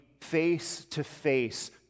face-to-face